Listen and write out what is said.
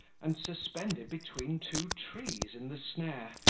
and suspended between two trees in the snare,